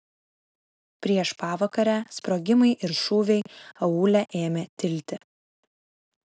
prieš pavakarę sprogimai ir šūviai aūle ėmė tilti